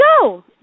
go